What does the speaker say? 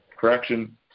correction